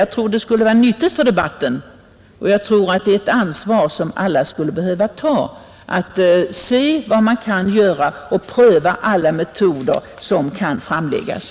Jag tror det skulle vara nyttigt för debatten, och jag tror att alla skulle behöva ta ett sådant ansvar, se vad man kunde göra och pröva alla metoder som kunde komma att framläggas.